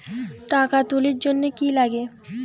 টাকা তুলির জন্যে কি লাগে?